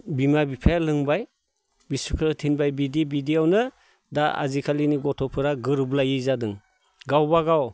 बिमा बिफाया लोंबाय बिसोरखौ थिनबाय बिदि बिदियावनो दा आजिखालिनि गथ'फोरा गोरोबलायि जादों गावबा गाव